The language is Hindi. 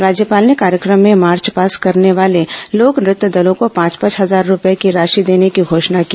राज्यपाल ने कार्यक्रम में मार्चपास्ट करने वाले लोक नृत्य दलों को पांच पांच हजार रूपये की राशि देने की घोषणा की